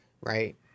Right